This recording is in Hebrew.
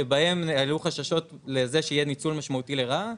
שבהם היו חששות לזה שיהיה ניצול משמעותי לרעה,